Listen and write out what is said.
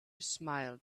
smiled